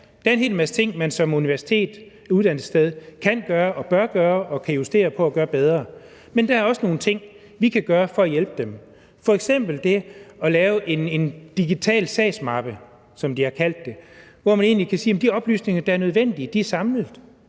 der er en hel masse ting, man som universitet, som uddannelsessted, kan gøre og bør gøre og kan justere på og gøre bedre, men der er også nogle ting, vi kan gøre for at hjælpe dem. Det kan f.eks. være det at lave en digital sagsmappe, som de har kaldt det, hvor man egentlig kan sige, at de oplysninger, der er nødvendige, er samlet.